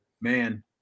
Man